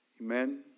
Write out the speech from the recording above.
Amen